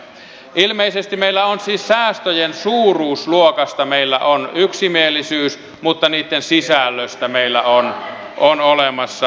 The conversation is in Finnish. ilmeisesti siis säästöjen suuruusluokasta meillä on yksimielisyys mutta niitten sisällöstä meillä on olemassa riitaa